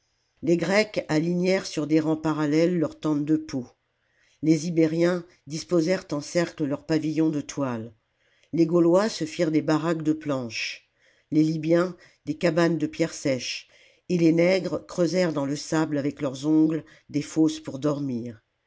les grecs alignèrent sur des rangs parallèles leurs tentes de peaux les ibériens disposèrent en cercle leurs pavillons de toile les gaulois se firent des baraques de planches les libjens des cabanes de pierres sèches et les nègres creusèrent dans le sable avec leurs ongles des fosses pour dormir